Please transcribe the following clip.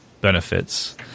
benefits –